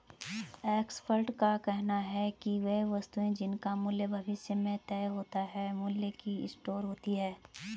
expert का कहना है कि वे वस्तुएं जिनका मूल्य भविष्य में तय होता है मूल्य की स्टोर होती हैं